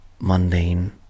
mundane